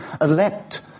elect